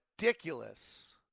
ridiculous